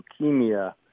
leukemia